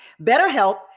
BetterHelp